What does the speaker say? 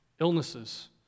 Illnesses